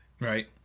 Right